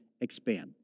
expand